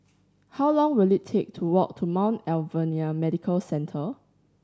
how long will it take to walk to Mount Alvernia Medical Centre